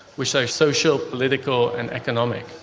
which are social, political and economic.